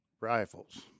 rifles